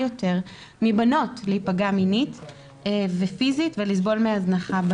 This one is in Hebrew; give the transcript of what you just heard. יותר מבנות להיפגע מינית ופיזית ולסבול מהזנחה.